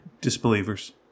Disbelievers